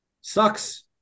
Sucks